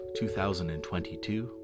2022